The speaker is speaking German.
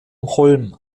holm